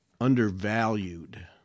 undervalued